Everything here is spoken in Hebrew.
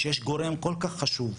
שיש גורם כל כך חשוב,